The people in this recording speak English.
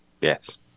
Yes